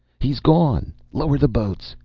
he's gone! lower the boats!